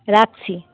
রাখছি